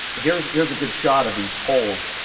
here's here's a good shot of these poles.